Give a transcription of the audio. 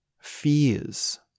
fears